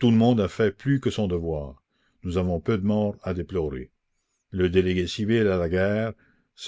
tout le monde a fait plus que son devoir nous avons peu de morts à déplorer le délégué civil à la guerre ch